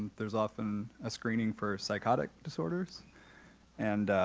there's often a screening for psychotic disorders and